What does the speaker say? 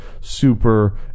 super